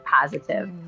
positive